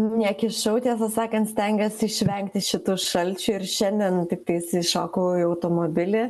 nekišau tiesą sakant stengiuosi išvengti šitų šalčių ir šiandien tiktais iššokau į automobilį